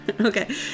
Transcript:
okay